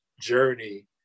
journey